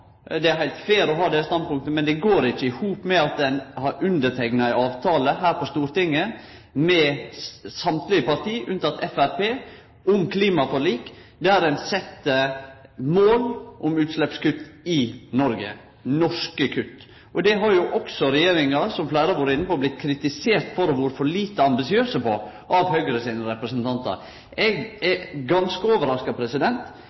Det er heilt fair å ha det standpunktet, men det går ikkje i hop med at ein har underteikna ei avtale her på Stortinget med alle parti, med unntak av Framstegspartiet, om klimaforlik, der ein sette mål om utsleppskutt i Noreg – norske kutt. Her har jo også regjeringa, som fleire har vore inne på, av Høgre sine representantar blitt kritisert for å ha vore for lite ambisiøs. Eg er ganske overraska over at eit parti som Høgre,